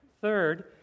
Third